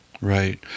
Right